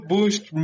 Boost